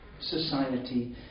society